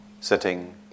sitting